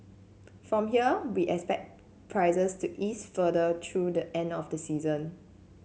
from here we expect prices to ease further through the end of the season